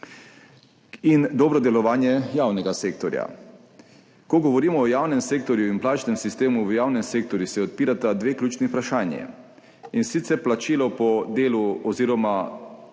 in dobro delovanje javnega sektorja. Ko govorimo o javnem sektorju in plačnem sistemu v javnem sektorju, se odpirata dve ključni vprašanji, in sicer neplačilo po delu in učinku